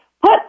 Put